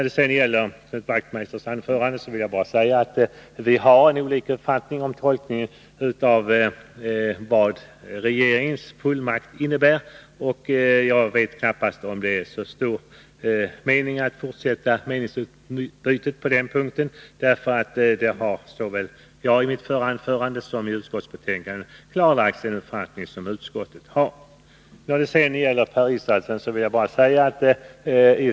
Beträffande Knut Wachtmeisters anförande vill jag bara konstatera att vi har olika uppfattningar om tolkningen av vad regeringens fullmakt innebär. Jag tror inte att det är så stor mening med att fortsätta diskussionen på den punkten. Jag har i mitt förra anförande klarlagt vilken uppfattning utskottet har. Per Israelsson föreslår en progressiv skatt.